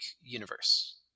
universe